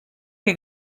que